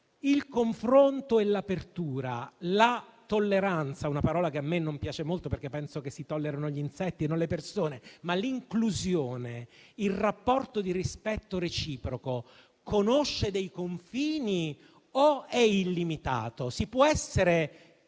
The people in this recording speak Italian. il confronto e l'apertura, la tolleranza - una parola che a me non piace molto, perché penso che si tollerano gli insetti e non le persone - l'inclusione e il rapporto di rispetto reciproco conoscono dei confini o sono illimitati? Si può essere